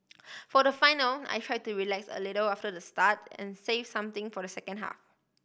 for the final I try to relax a little after the start and save something for the second half